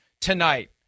tonight